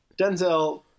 Denzel